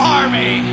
army